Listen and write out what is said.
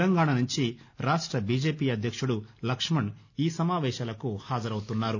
తెలంగాణ నుంచి రాష్ట్ర బీజెపి అధ్యక్షుడు లక్ష్మణ్ ఈ సమావేశాలకు హాజరవుతున్నారు